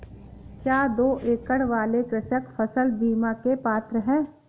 क्या दो एकड़ वाले कृषक फसल बीमा के पात्र हैं?